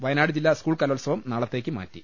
വയനാട് ജില്ല സ്കൂൾ കലോത്സവം നാളത്തേക്കുമാറ്റി